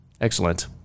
Excellent